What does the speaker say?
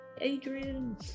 Adrian